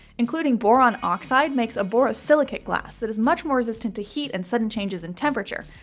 including boron oxide makes a borosilicate glass that is much more resistant to heat and sudden changes in temperature,